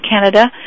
canada